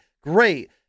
great